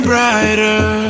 Brighter